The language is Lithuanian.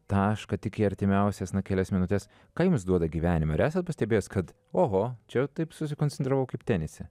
tašką tik į artimiausias kelias minutes ką jums duoda gyvenime ar esat pastebėjęs kad oho čia taip susikoncentravau kaip tenise